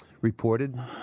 reported